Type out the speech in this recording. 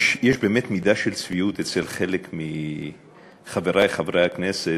יש באמת מידה של צביעות אצל חלק מחברי חברי הכנסת,